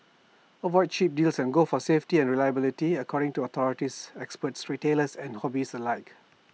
avoid cheap deals and go for safety and reliability according to authorities experts retailers and hobbyists alike